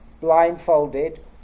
blindfolded